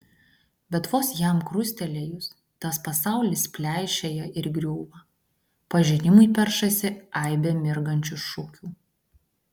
bet vos jam krustelėjus tas pasaulis pleišėja ir griūva pažinimui peršasi aibė mirgančių šukių